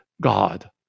god